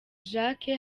jacques